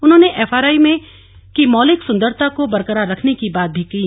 उन्होंने एफआरआई की मौलिक सुंदरता को बरकरार रखने की बात भी कही